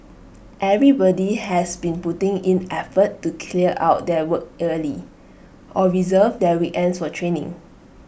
everybody has been putting in effort to clear out their work early or reserve their weekends for training